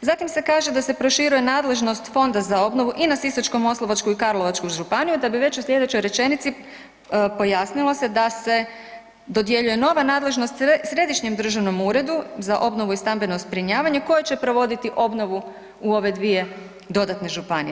zatim se kaže da se proširuje nadležnost Fonda za obnovu i na Sisačko-moslavačku i Karlovačku županiju da bi već u sljedećoj rečenici pojasnilo se da se dodjeljuje nova nadležnost Središnjem državnom uredu za obnovu i stambeno zbrinjavanje koje će provoditi obnovu u ove dvije dodatne županije.